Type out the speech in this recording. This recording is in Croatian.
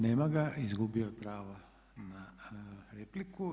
Nema ga, izgubio je pravo na repliku.